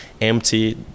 empty